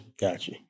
Gotcha